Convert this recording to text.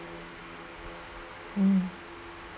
um